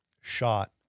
shot